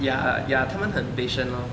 ya ya 他们很 patient lor